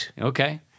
Okay